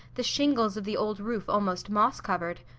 the shingles of the old roof almost moss-covered.